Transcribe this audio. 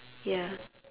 ya